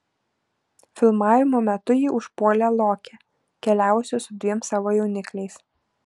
filmavimo metu jį užpuolė lokė keliavusi su dviem savo jaunikliais